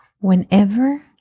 whenever